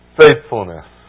faithfulness